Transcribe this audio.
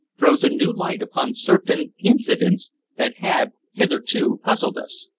throws a new light upon certain incidents that had hitherto puzzled us.